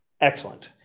Excellent